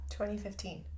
2015